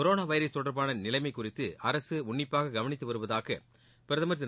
corona virus தொடர்பான நிலைமை குறித்து அரசு உள்ளிப்பாக கவனித்து வருவதாக பிரதமா் திரு